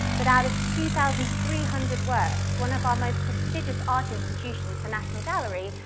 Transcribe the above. that out of two thousand three hundred works, one of our most prestigious art institutions, the national gallery,